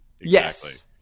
yes